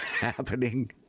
happening